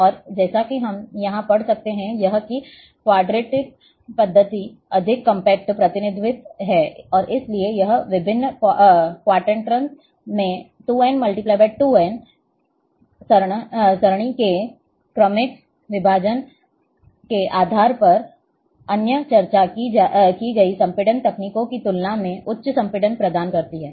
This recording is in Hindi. और जैसा कि हम यहां पढ़ सकते हैं यह है कि क्वाडट्री पद्धति अधिक कॉम्पैक्ट प्रतिनिधित्व है और इसलिए यह विभिन्न क्वांटेंट्स में 2n × 2n 2 rest to n 2 rest to nसरणी के क्रमिक विभाजनों के आधार पर अन्य चर्चा की गई संपीड़न तकनीकों की तुलना में उच्च संपीड़न प्रदान करता है